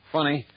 Funny